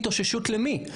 התאוששות למי?